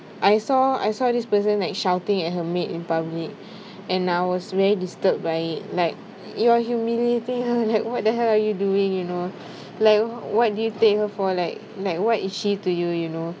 I saw I saw this person like shouting at her maid in public and I was very disturbed by it like you are humiliating her like what the hell are you doing you know like what do you take her for like like why is she to you you know